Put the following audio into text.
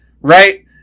Right